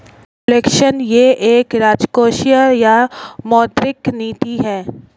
reflection यह एक राजकोषीय या मौद्रिक नीति है